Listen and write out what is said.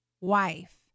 wife